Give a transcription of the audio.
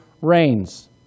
rains